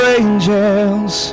angels